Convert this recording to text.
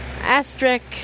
asterisk